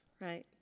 Right